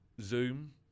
Zoom